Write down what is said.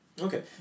Okay